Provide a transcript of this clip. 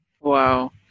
Wow